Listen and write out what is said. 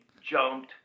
jumped